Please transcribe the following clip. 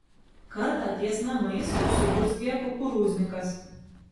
kartą ties namais suburzgė kukurūznikas